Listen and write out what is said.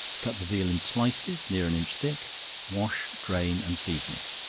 cut the veal in slices near an inch thick wash, drain, and season it